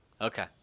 Okay